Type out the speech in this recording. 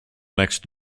next